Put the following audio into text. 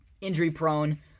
injury-prone